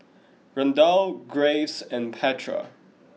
Randall Graves and Petra